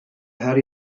her